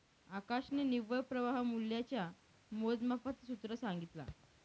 आकाशने निव्वळ प्रवाह मूल्याच्या मोजमापाच सूत्र सांगितला